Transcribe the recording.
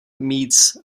meets